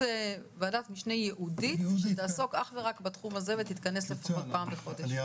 ועדת משנה ייעודית שתעסוק אך ורק בנושא הזה ותתכנס לפחות פעם בחודש.